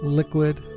liquid